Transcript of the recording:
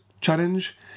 challenge